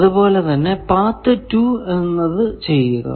അതുപോലെ തന്നെ പാത്ത് 2 ചെയ്യുക